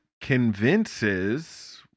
convinces